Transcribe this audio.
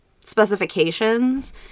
specifications